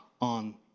on